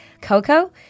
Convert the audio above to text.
Coco